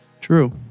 True